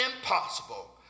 impossible